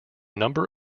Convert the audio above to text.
number